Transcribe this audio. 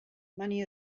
money